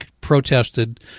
protested